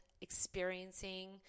experiencing